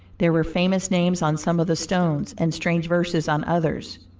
there were famous names on some of the stones, and strange verses on others.